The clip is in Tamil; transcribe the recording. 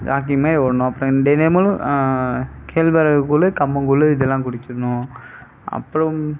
ஜாக்கிங் மாதிரி ஓடணும் அப்புறம் தினமும் கேழ்வரகு கூழ் கம்மங்கூழ் இதெலாம் குடிக்கணும் அப்புறம்